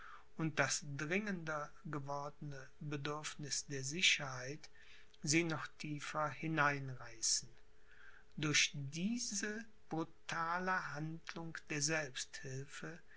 und das dringender gewordene bedürfniß der sicherheit sie noch tiefer hineinreißen durch diese brutale handlung der selbsthilfe